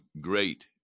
great